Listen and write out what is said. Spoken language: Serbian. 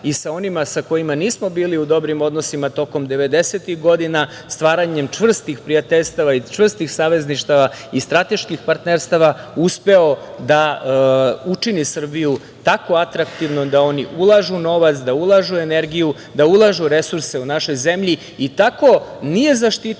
i sa onima sa kojima nismo bili u dobrim odnosima tokom devedesetih godina, stvaranjem čvrstih prijateljstava i čvrstih savezništava i strateških partnerstava uspeo da učini Srbiju tako atraktivnom da oni ulažu novac, da ulažu energiju, da ulažu resurse u našoj zemlji i tako nije zaštitio